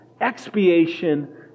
Expiation